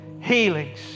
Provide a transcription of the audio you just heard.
healings